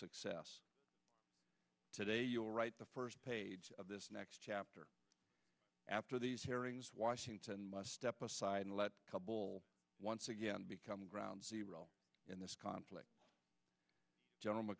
success today you will write the first page of this next chapter after these hearings washington must step aside and let a couple once again become ground zero in this conflict gen